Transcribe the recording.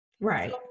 Right